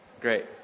Great